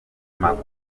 makuru